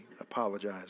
apologize